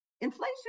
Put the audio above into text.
inflation